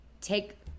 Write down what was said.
take